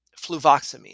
fluvoxamine